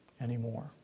anymore